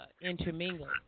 intermingled